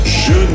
je